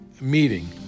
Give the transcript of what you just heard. meeting